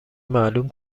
معلوم